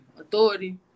authority